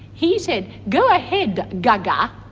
he said, go ahead gaga.